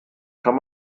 kann